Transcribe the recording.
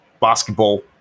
Basketball